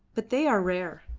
but they are rare.